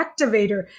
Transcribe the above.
activator